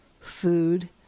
food